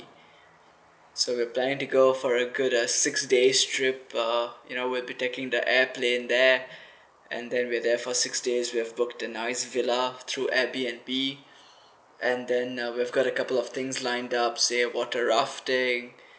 so we're planning to go for a good uh six days trip uh you know we'll be taking the air plane there and then we're there for six days so we've booked a nice villa through airbnb and then uh we've got a couple of things lined up say water rafting